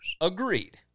Agreed